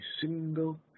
single